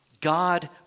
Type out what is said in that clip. God